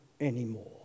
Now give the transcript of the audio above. anymore